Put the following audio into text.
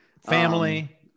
Family